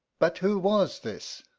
but who was this?